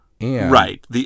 Right